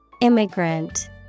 Immigrant